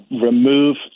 remove